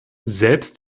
selbst